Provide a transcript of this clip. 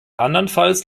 andernfalls